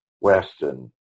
Weston